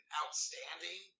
outstanding